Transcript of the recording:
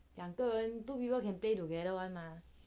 两个人 two people can play together [one] lah